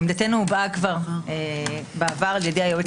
עמדתנו הובעה כבר בעבר על ידי היועץ